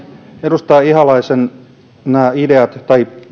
edustaja ihalaisen tai